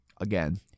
Again